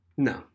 No